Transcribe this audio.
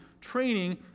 training